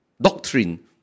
doctrine